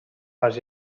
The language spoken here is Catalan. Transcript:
pas